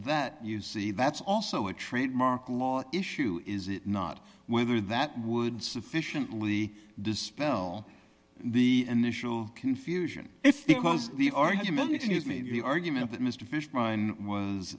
that you see that's also a trademark law issue is it not whether that would sufficiently dispel the initial confusion if because the argument is maybe the argument that mr fish